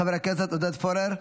חבר הכנסת עודד פורר,